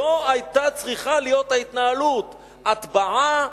זאת היתה צריכה להיות ההתנהלות, הטבעה,